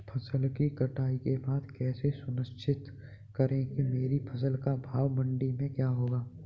फसल की कटाई के बाद कैसे सुनिश्चित करें कि मेरी फसल का भाव मंडी में क्या होगा?